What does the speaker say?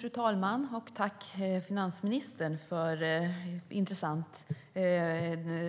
Fru talman! Jag vill tacka finansministern för intressant